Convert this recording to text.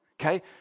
Okay